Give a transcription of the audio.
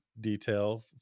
detail